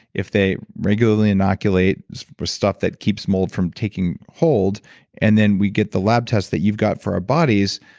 if they regularly inoculate stuff that keeps mold from taking hold and then we get the lab test that you've got for our bodies,